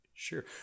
sure